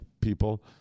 people